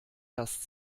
das